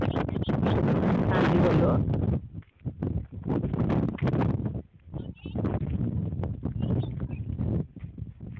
हां जी बोलो